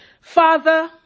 Father